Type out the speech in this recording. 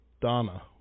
Donna